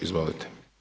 Izvolite.